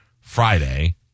Friday